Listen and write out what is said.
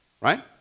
right